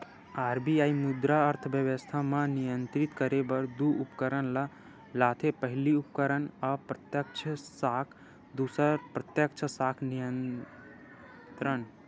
RBI मुद्रा अर्थबेवस्था म नियंत्रित करे बर दू उपकरन ल लाथे पहिली उपकरन अप्रत्यक्छ साख दूसर प्रत्यक्छ साख नियंत्रन